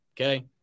okay